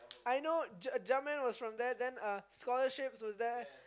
I know ju~ jump man was from there then uh scholarships was there